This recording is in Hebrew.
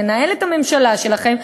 לנהל את הממשלה שלכם,